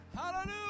Hallelujah